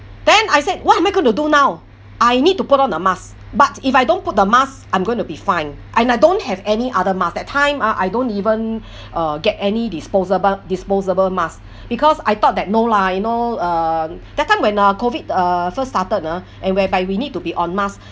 then I said what am I going to do now I need to put on a mask but if I don't put the mask I'm going to be fine and I don't have any other mask that time ah I don't even uh get any disposable disposable mask because I thought that no lah you know uh that time when uh COVID uh first started uh and whereby we need to be on mask